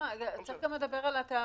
גם לדבר על התאריך,